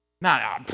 No